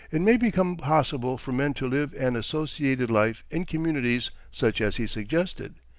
it may become possible for men to live an associated life in communities such as he suggested.